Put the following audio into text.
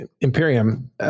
Imperium